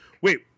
wait